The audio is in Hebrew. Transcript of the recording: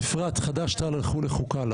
אפרת, חד"ש-תע"ל הלכו לחוקה.